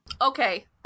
Okay